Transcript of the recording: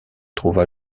trouva